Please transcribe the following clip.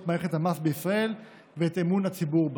מערכת המס בישראל ואת אמון הציבור בה.